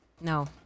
No